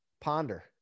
ponder